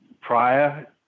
prior